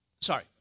Sorry